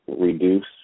reduce